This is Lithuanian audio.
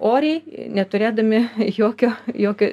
oriai neturėdami jokio jokio